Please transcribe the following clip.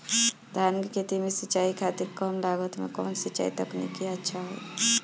धान के खेती में सिंचाई खातिर कम लागत में कउन सिंचाई तकनीक अच्छा होई?